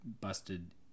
busted